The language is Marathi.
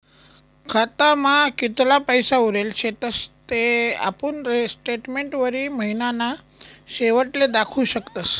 खातामा कितला पैसा उरेल शेतस ते आपुन स्टेटमेंटवरी महिनाना शेवटले दखु शकतस